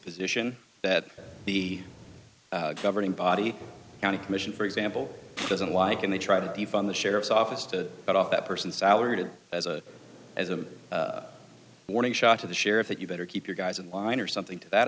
position that the governing body county commission for example doesn't like when they try to defund the sheriff's office to cut off that person's salary to as a as a warning shot to the sheriff that you better keep your guys in line or something to that